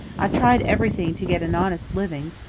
i've tried everything to get an honest living,